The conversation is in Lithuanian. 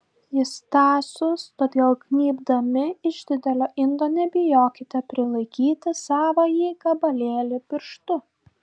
jis tąsus todėl gnybdami iš didelio indo nebijokite prilaikyti savąjį gabalėlį pirštu